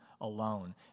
alone